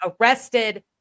arrested